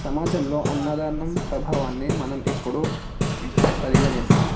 సమాజంలో అన్నదానం ప్రభావాన్ని మనం ఎప్పుడూ పరిగణిద్దాం